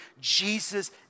Jesus